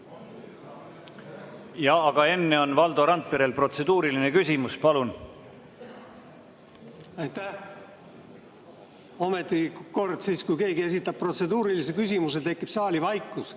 Aga enne on Valdo Randperel protseduuriline küsimus, palun! Aitäh! Ometi kord, kui keegi esitab protseduurilise küsimuse, tekib saali vaikus.